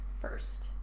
first